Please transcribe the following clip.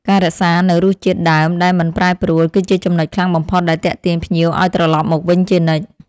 ការរក្សានូវរសជាតិដើមដែលមិនប្រែប្រួល គឺជាចំនុចខ្លាំងបំផុតដែលទាក់ទាញភ្ញៀវឱ្យត្រឡប់មកវិញជានិច្ច។